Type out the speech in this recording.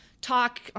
talk